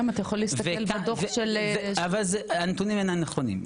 למה אתה יכול להסתכל בדוח של --- אבל הנתונים אינם נכונים,